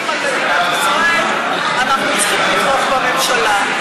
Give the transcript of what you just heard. איומים על מדינת ישראל אנחנו צריכים לתמוך בממשלה.